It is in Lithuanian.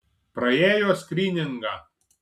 praėjo skryningą